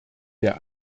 der